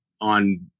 on